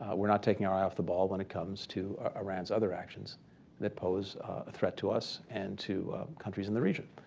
we're not taking our off the ball when it comes to iran's other actions that pose a threat to us and to countries in the region.